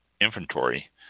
inventory